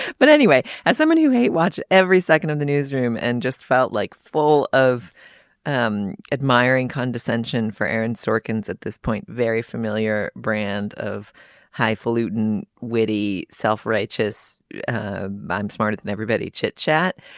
but anyway as somebody who hate watch every second of the newsroom and just felt like full of um admiring condescension for aaron sorkin's at this point very familiar brand of highfalutin witty self-righteous i'm smarter than everybody chit chat.